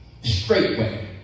straightway